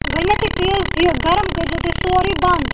گۄڈ نٮ۪تھٕے تیٖل یہِ گَرم کٔر زیٚو تُہۍ سورُے بنٛد